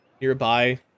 nearby